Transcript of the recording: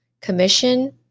commission